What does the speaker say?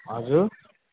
हजुर